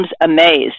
amazed